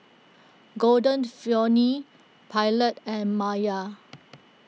Golden Peony Pilot and Mayer